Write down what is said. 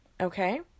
okay